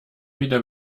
wieder